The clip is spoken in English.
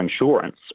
insurance